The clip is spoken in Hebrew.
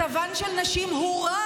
מצבן של נשים הורע